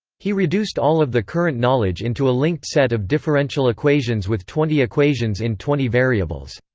he reduced all of the current knowledge into a linked set of differential equations with twenty equations in twenty variables.